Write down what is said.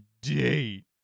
date